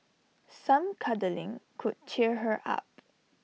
some cuddling could cheer her up